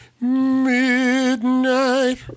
Midnight